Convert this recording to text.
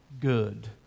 good